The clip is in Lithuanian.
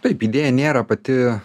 taip idėja nėra pati